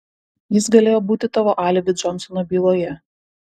jis galėjo būti tavo alibi džonsono byloje